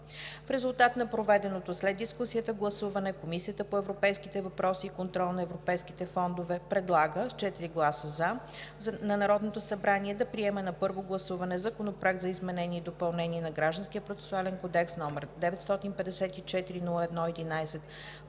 В резултат на проведеното след дискусията гласуване Комисията по европейските въпроси и контрол на европейските фондове предлага с 4 гласа „за“ на Народното събрание да приеме на първо гласуване Законопроект за изменение и допълнение на Гражданския процесуален кодекс, № 954-01-11,